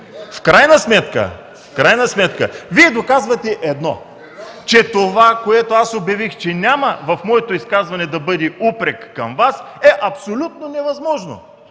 разговори. В крайна сметка Вие доказвате едно, че това, което аз обявих, че няма в моето изказване да бъде упрек към Вас, е абсолютно невъзможно.